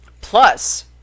Plus